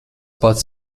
pats